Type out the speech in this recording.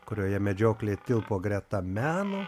kurioje medžioklė tilpo greta meno